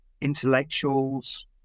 intellectuals